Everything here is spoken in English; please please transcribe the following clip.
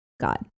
God